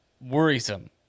worrisome